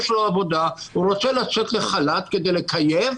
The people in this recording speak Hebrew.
הוא רוצה לצאת לחל"ת כדי לכייף?